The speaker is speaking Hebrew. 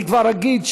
אני כבר אגיד,